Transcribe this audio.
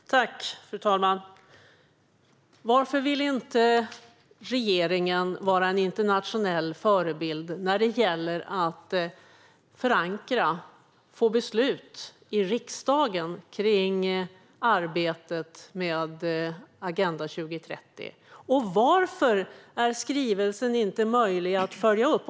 Fru talman! Varför vill inte regeringen vara en internationell förebild när det gäller att förankra och få beslut i riksdagen kring arbetet med Agenda 2030? Och varför är skrivelsen inte möjlig att följa upp?